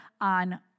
on